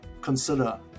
consider